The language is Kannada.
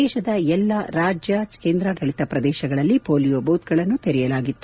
ದೇಶದ ಎಲ್ಲಾ ರಾಜ್ಯ ಕೇಂದ್ರಾಡಳಿತ ಪ್ರದೇಶಗಳಲ್ಲಿ ಮೋಲಿಯೋ ಬೂತ್ಗಳನ್ನು ತೆರೆಯಲಾಗಿತ್ತು